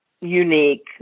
unique